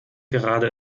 gerade